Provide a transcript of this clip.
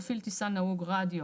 מפעיל טיסן נהוג רדיו,